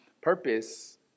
purpose